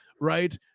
right